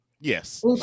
Yes